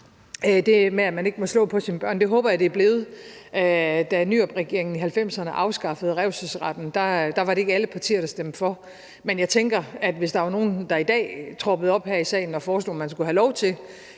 det med, at man ikke må slå på sine børn, er en dansk værdi. Det håber jeg at det er blevet. Da Nyrupregeringen i 1990'erne afskaffede revselsesretten, var det ikke alle partier, der stemte for, men jeg tænker, at hvis der var nogen, der i dag troppede op her i salen og foreslog, at man skulle have lov til